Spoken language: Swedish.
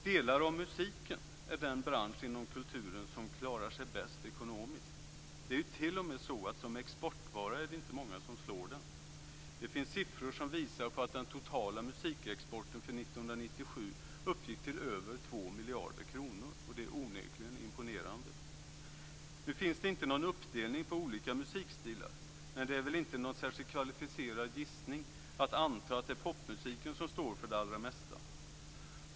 Delar av musiken är den bransch inom kulturen som klarar sig bäst ekonomiskt. Det är t.o.m. så att som exportvara är det inte många som slår den. Det finns siffror som visar på att den totala musikexporten för 1997 uppgick till över 2 miljarder kronor. Det är onekligen imponerande. Nu finns det inte någon uppdelning på olika musikstilar, men det är väl inte någon särskilt kvalificerad gissning att anta att det är popmusiken som står för det allra mesta.